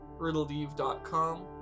riddledeve.com